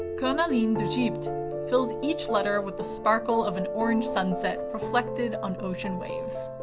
cornaline d'egypte fills each letter with the sparkle of an orange sunset reflected on ocean waves.